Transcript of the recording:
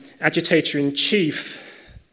agitator-in-chief